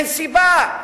אין סיבה.